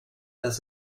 dass